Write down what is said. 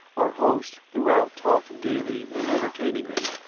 our host throughout talked gaily and entertainingly,